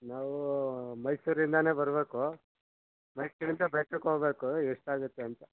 ನಾವು ಮೈಸೂರಿಂದನೇ ಬರಬೇಕು ಮೈಸೂರಿಂದ ಬೆಟ್ಟಕ್ಕೆ ಹೋಗ್ಬೇಕು ಎಷ್ಟಾಗುತ್ತೆ ಅಂತ